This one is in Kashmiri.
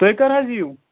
تُہۍ کٔر حظ یِیِو